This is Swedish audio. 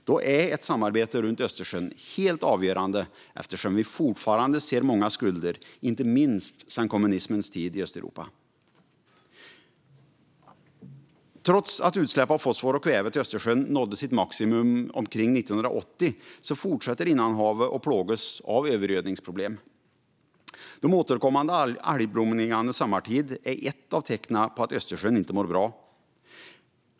Då är ett samarbete runt Östersjön helt avgörande eftersom vi fortfarande ser många skulder inte minst sedan kommunismens tid i Östeuropa. Trots att utsläppen av fosfor och kväve till Östersjön nådde sitt maximum omkring 1980 fortsätter innanhavet att plågas av övergödningsproblem. De återkommande algblomningarna sommartid är ett av tecknen på att Östersjön inte mår bra.